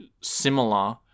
similar